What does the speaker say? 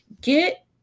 Get